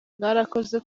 mwarakoze